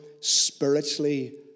spiritually